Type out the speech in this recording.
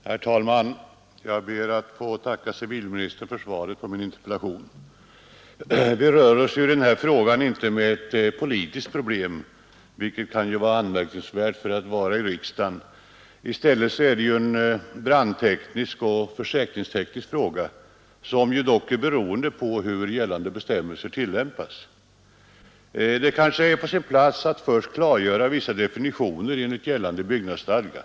Herr talman! Jag ber att få tacka civilministern för svaret på min interpellation. Vi rör oss när det gäller denna fråga inte med ett politiskt problem, vilket kan anses vara anmärkningsvärt för att vara i riksdagen. I stället är detta en brandteknisk och försäkringsteknisk fråga, som dock är beroende av hur gällande bestämmelser tillämpas. Det är kanske på sin plats att först klargöra vissa definitioner enligt gällande byggnadsstadga.